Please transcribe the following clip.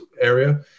area